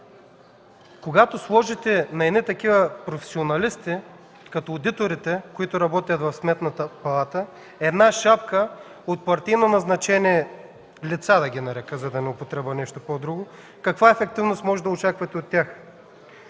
Когато сложите на едни такива професионалисти, като одиторите, които работят в Сметната палата, една шапка от партийно назначение – „лица” да ги нарека, за да не употребя нещо по-друго – каква ефективност можете да очаквате от тях?!